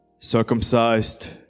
Circumcised